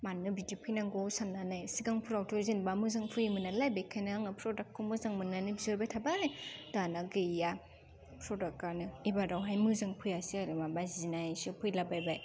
मानो बिदि फैनांगौ साननानै सिगांफोरावथ' जेनेबा मोजां फैयोमोन नालाय बेखायनो आङो प्रडाक्टखौ मोजां मोननानै बिहरबाय थाबाय दाना गैया प्रडाक्टानो एबारावहाय मोजां फैयासै आरो माबा जिनायसो फैलाबायबाय